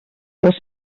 les